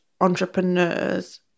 entrepreneurs